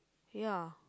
ya